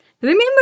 Remember